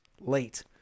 late